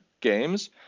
games